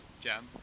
jam